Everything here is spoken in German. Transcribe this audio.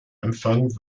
empfang